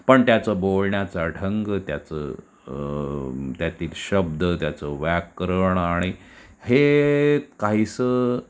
पण त्याचं बोलण्याचा ढंग त्याचं त्यातील शब्द त्याचं व्याकरण आणि हे काहीसं